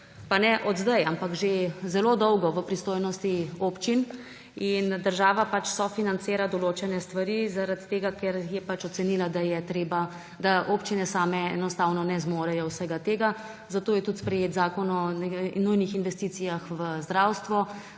pa ne od zdaj, ampak že zelo dolgo, v pristojnosti občin. Država pač sofinancira določene stvari zaradi tega, ker je ocenila, da je treba, da občine same enostavno ne zmorejo vsega tega. Zato je tudi sprejet zakon o nujnih investicijah v zdravstvo